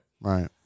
Right